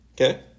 Okay